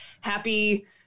happy